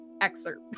excerpt